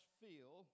feel